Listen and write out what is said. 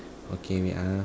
okay wait ah